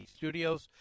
studios